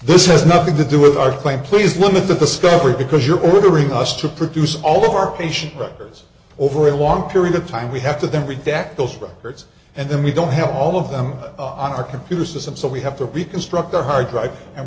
has nothing to do with our claim please none of the discovery because you're ordering us to produce all of our patient records over a long period of time we have to then reject those records and then we don't have all of them on our computer system so we have to reconstruct our hard drive and